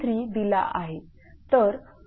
3दिला आहे